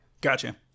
Gotcha